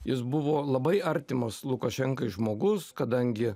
jis buvo labai artimas lukašenkai žmogus kadangi